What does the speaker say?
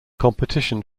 competition